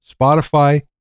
Spotify